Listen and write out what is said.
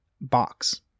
box